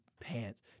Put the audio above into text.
pants